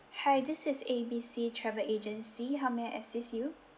hi this is A B C travel agency how may I assist you